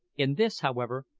in this, however,